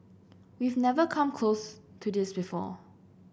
we've never come close to this before